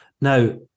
Now